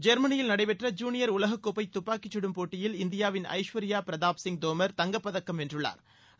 ஜெர்மனியில் நடைபெற்ற ஜூனியர் உலகக் கோப்பை துப்பாக்கி குடும் போட்டியில் இந்தியாவின் ஐஷ்வா்யா பிரதாப் சிங் தோமர் தங்கப்பதக்கம் வென்றுள்ளாா்